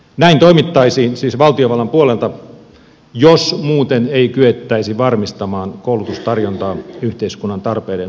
näin toimittaisiin siis valtiovallan puolelta jos muuten ei kyettäisi varmistamaan koulutustarjontaa yhteiskunnan tarpeiden mukaisesti